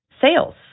sales